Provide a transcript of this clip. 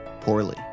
Poorly